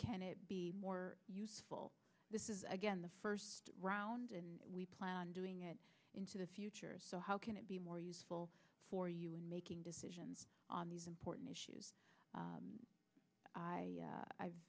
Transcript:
can it be more useful this is again the first round and we plan on doing it into the future so how can it be more useful for you in making decisions on these important issues